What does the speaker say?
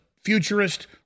futurist